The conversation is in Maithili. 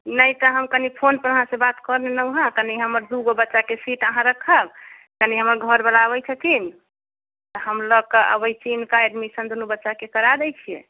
नहि तऽ हम कनि फोन पर अहाँ से बात कऽ लेलहुँ हँ कनि हमर दू गो बच्चाके सीट अहाँ रखब कनि हमर घर बला अबैत छथिन तऽ हम लऽ के अबैत छी हिनका एडमिशन दूनू बच्चाके करा दै छिअनि